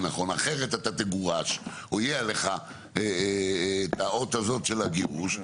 נכון - כי אחרת אתה תגורש או יהיה עליך את האות הזאת של הגירוש.